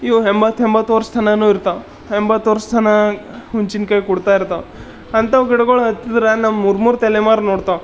ಇವು ಎಂಬತ್ತು ಎಂಬತ್ತು ವರ್ಷ ಚನ್ನಾಗಿನೂ ಇರ್ತವ ಎಂಬತ್ತು ವರ್ಷ ಚೆನ್ನಾಗಿ ಹುಣ್ಸಿನ ಕಾಯಿ ಕೊಡ್ತಾಯಿರ್ತವೆ ಅಂತವು ಗಿಡಗಳು ಹಚ್ಚಿದ್ರೆ ನಮ್ಮ ಮೂರು ಮೂರು ತಲೆಮಾರು ನೋಡ್ತವೆ